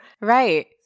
Right